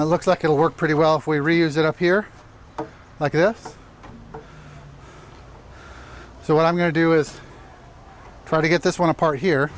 looks like it'll work pretty well if we reuse it up here like this so what i'm going to do is try to get this one apart here